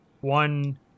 One